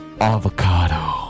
avocado